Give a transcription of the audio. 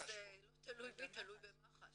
זה לא תלוי בי, זה תלוי במח"ש.